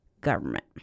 government